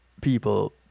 people